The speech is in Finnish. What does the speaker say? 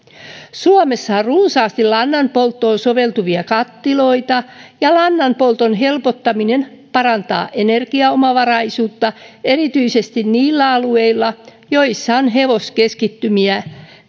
on runsaasti lannanpolttoon soveltuvia kattiloita ja lannanpolton helpottaminen parantaa energiaomavaraisuutta erityisesti niillä alueilla joilla on hevoskeskittymiä